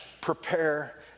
prepare